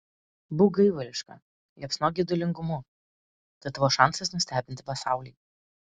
būk gaivališka liepsnok geidulingumu tai tavo šansas nustebinti pasaulį